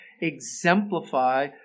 exemplify